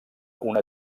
una